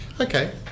okay